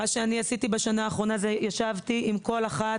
בשנה האחרונה ישבתי עם כל אחת